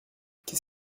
qu’est